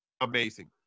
amazing